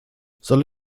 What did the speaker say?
soll